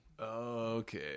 Okay